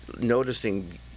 noticing